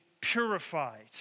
purified